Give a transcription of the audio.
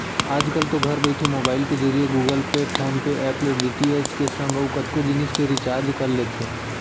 आजकल तो घर बइठे मोबईल के जरिए Google pay, PhonePe app ले डी.टी.एच के संग अउ कतको जिनिस के रिचार्ज कर लेथे